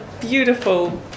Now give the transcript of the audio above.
beautiful